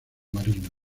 marino